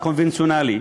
הקונבנציונלי,